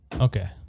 Okay